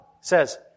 says